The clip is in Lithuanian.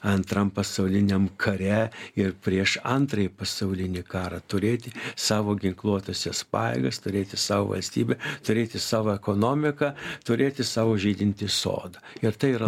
antram pasauliniam kare ir prieš antrąjį pasaulinį karą turėti savo ginkluotąsias pajėgas turėti savo valstybę turėti savo ekonomiką turėti savo žydintį sodą ir tai yra